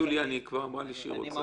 יוליה כבר אמרה לי שהיא רוצה.